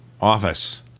office